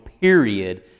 period